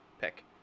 pick